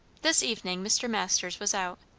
this evening mr. masters was out.